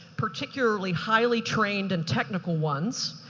particularly highly trained and technical ones,